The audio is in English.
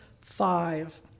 five